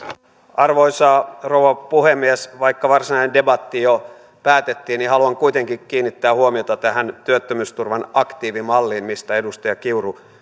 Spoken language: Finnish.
arvoisa rouva puhemies vaikka varsinainen debatti jo päätettiin niin haluan kuitenkin kiinnittää huomiota tähän työttömyysturvan aktiivimalliin mistä edustaja kiuru